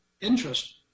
interest